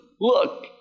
Look